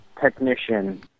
technician